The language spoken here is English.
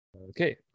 okay